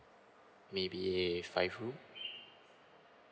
maybe five room